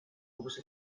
curs